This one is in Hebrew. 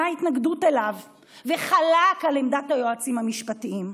מה ההתנגדות אליו וחלק על עמדת היועצים המשפטיים.